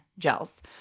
gels